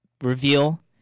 reveal